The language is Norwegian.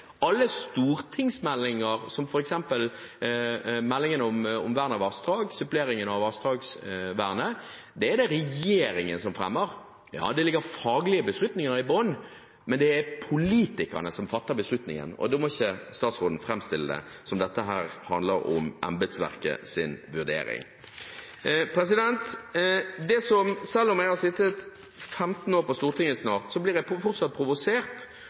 Alle stortingsmeldinger, som f.eks. meldingen om vern av vassdrag, suppleringen av vassdragsvernet, er det regjeringen som fremmer. Ja, det ligger faglige beslutninger i bunnen, men det er politikerne som fatter beslutningen, og da må ikke statsråden framstille det som om dette handler om embetsverkets vurdering. Selv om jeg har sittet 15 år på Stortinget snart, blir jeg fortsatt provosert